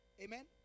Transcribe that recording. Amen